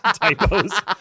typos